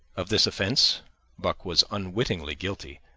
of this offence buck was unwittingly guilty,